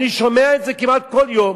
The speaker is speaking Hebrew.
אני שומע את זה כמעט כל יום,